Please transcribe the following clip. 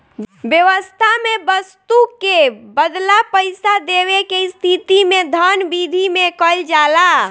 बेवस्था में बस्तु के बदला पईसा देवे के स्थिति में धन बिधि में कइल जाला